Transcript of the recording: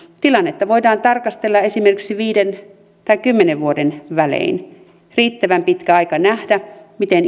tilannetta voidaan tarkastella esimerkiksi viiden tai kymmenen vuoden välein riittävän pitkä aika nähdä miten